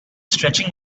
stretching